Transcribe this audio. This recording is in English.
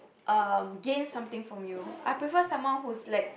um gain something from you I prefer someone who's like